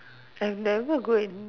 I have never go and eat